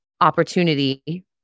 opportunity